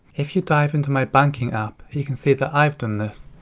if you dive into my banking app, you can see that i've done this.